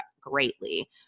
greatly